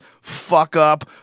fuck-up